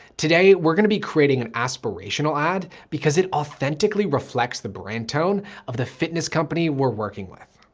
today, we're going to be creating an aspirational ad because it authentically reflects the brand tone of the fitness company we're working with.